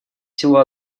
силу